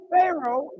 Pharaoh